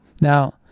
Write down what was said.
Now